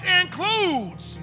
includes